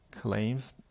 claims